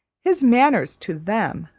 his manners to them,